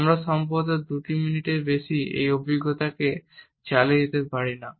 আমরা সম্ভবত দুই মিনিটের বেশি এই অভিব্যক্তিটি চালিয়ে যেতে পারি না